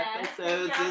episodes